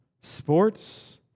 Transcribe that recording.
sports